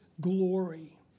glory